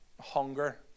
hunger